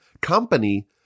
company